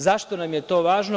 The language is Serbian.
Zašto nam je to važno?